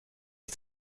des